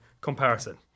comparison